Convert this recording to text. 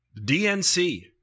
DNC